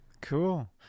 Cool